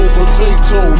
potato